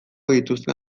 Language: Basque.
dituzten